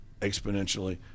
exponentially